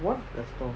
what